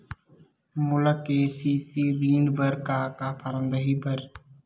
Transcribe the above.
मोला के.सी.सी ऋण बर का का फारम दही बर?